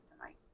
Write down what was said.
tonight